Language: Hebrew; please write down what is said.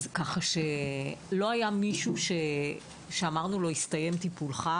כך שלא היה מישהו שאמרנו לו: הסתיים טיפולך.